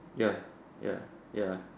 ya